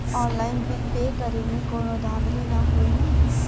Online bill pay करे में कौनो धांधली ना होई ना?